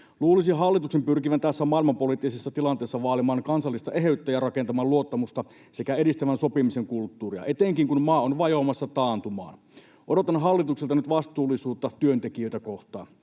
Luulisi hallituksen pyrkivän tässä maailmanpoliittisessa tilanteessa vaalimaan kansallista eheyttä ja rakentamaan luottamusta sekä edistävän sopimisen kulttuuria, etenkin kun maa on vajoamassa taantumaan. Odotan hallitukselta nyt vastuullisuutta työntekijöitä kohtaan.